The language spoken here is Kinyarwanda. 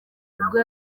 ubwo